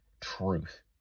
truth